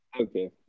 Okay